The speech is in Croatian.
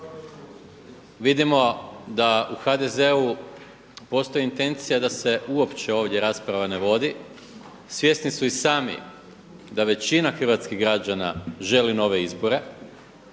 vidimo da u HDZ-u postoji intencija da se uopće ovdje rasprava ne vodi. Svjesni su i sami da većina hrvatskih građana želi nove izbore